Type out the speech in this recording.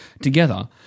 together